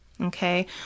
Okay